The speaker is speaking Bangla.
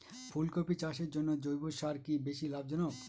ফুলকপি চাষের জন্য জৈব সার কি বেশী লাভজনক?